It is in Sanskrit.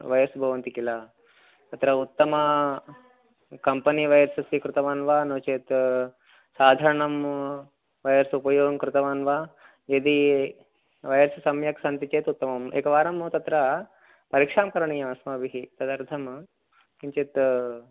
वयर्स् भवन्ति किल तत्र उत्तम कम्पनी वयर्स् स्वीकृतवान् वा नो चेत् साधारणं वयर्स् उपयोगं कृतवान् वा यदि वयर्स् सम्यक् सन्ति चेत् उत्तमम् एकवारं तत्र परीक्षां करणीयम् अस्माभिः तदर्थं किञ्चित्